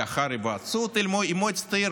לאחר היוועצות עם מועצת העיר.